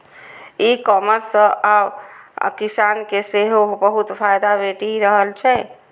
ई commerce सं आब किसान के सेहो बहुत फायदा भेटि रहल छै